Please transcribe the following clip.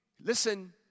listen